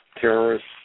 terrorists